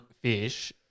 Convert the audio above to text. fish